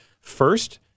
First